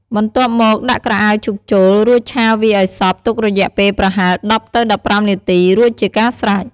បន្ទាប់មកដាក់ក្រអៅឈូកចូល រួចឆាវាអោយសព្វ ទុករយៈពេលប្រហែល ១០ ទៅ ១៥ នាទីរួចជាការស្រេច។